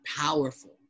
powerful